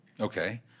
okay